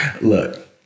Look